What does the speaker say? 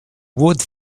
would